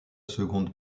seconde